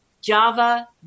Java